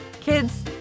Kids